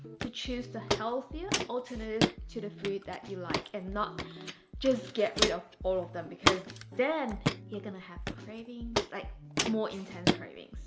to choose the healthier alternative to the food that you like, and not just get rid of all of them because then you're gonna have cravings, like more intense cravings.